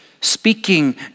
speaking